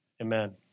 amen